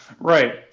Right